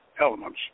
elements